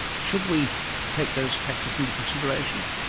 should we take those factors into consideration?